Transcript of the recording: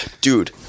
dude